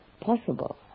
possible